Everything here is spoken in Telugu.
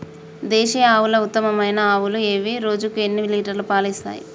దేశీయ ఆవుల ఉత్తమమైన ఆవులు ఏవి? రోజుకు ఎన్ని లీటర్ల పాలు ఇస్తాయి?